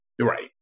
right